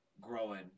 growing